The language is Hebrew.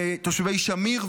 ותושבי שמיר,